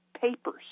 papers